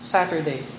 Saturday